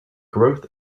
growth